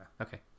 Okay